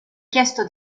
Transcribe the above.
chiesto